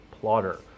Plotter